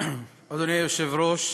אדוני היושב-ראש,